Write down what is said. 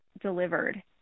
delivered